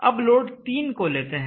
अब लोड 3 को लेते हैं